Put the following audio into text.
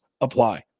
apply